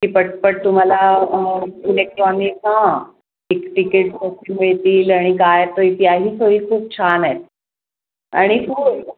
की पटपट तुम्हाला इलेक्ट्रॉनिक हां तिक तिकीटं मिळतील आणि काय तर त्या ही सोयी खूप छान आहेत आणि खूप